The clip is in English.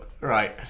Right